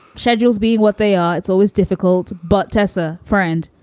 schedules be what they are. it's always difficult. but tesser friend,